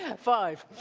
and five.